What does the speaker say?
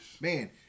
Man